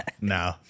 No